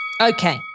Okay